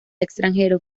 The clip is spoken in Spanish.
extranjero